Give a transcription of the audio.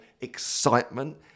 excitement